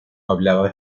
hablaba